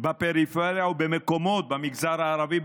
בפריפריה ובמגזר הערבי,